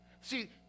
See